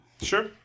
Sure